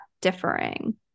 differing